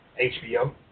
HBO